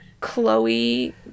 Chloe